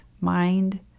mind